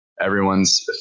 Everyone's